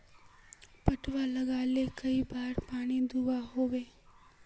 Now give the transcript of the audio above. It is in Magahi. पटवा लगाले कई बार पानी दुबा होबे?